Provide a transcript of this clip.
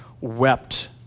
wept